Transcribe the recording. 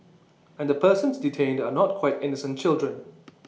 and the persons detained are not quite innocent children